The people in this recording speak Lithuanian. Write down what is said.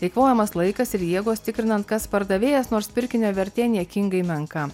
eikvojamas laikas ir jėgos tikrinant kas pardavėjas nors pirkinio vertė niekingai menka